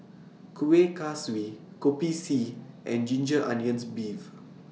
Kuih Kaswi Kopi C and Ginger Onions Beef